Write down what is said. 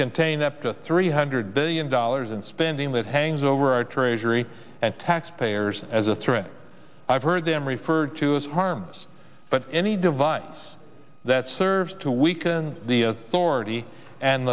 contain up to three hundred billion dollars in spending that hangs over our treasury and taxpayers as a threat i've heard them referred to as harms but any device that serves to weaken the tortie and